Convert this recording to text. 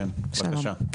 כן, בבקשה.